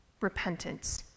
repentance